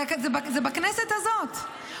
זה בכנסת הזאת,